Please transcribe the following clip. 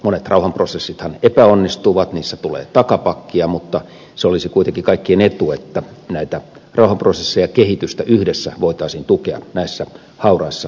monet rauhanprosessithan epäonnistuvat niissä tulee takapakkia mutta olisi kuitenkin kaikkien etu että näitä rauhanprosesseja kehitystä yhdessä voitaisiin tukea näissä hauraissa valtioissa